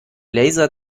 laser